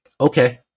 Okay